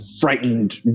frightened